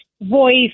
voice